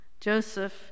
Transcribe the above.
Joseph